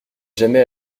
jamais